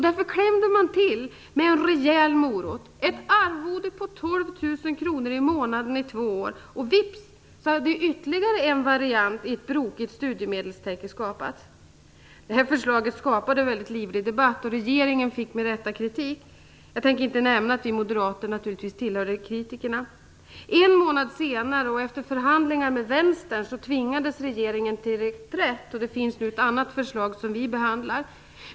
Därför klämde man till med en rejäl morot: ett arvode på 12 000 kr i månaden i två år och vips hade ytterligare en variant i ett brokigt studiemedelstäcke skapats. Förslaget skapade en väldigt livlig debatt, och regeringen fick med rätta kritik. Jag behöver inte nämna att vi moderater naturligtvis hörde till kritikerna. En månad senare, efter förhandlingar med Vänstern, tvingades regeringen till reträtt. Det finns nu ett annat förslag som vi behandlar.